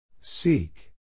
Seek